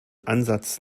ansatz